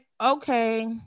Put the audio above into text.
okay